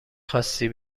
خاستی